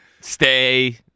stay